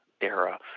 era